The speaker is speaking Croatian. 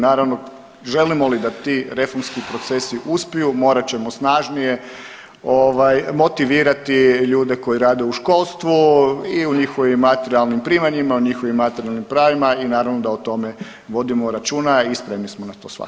Naravno želimo li da ti reformski procesi uspiju morat ćemo snažnije ovaj motivirati ljude koji rade u školstvu i u njihovim materijalnim primanjima, u njihovim materijalnim pravima i naravno da o tome vodimo računa i spremni smo na to